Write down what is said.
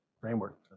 framework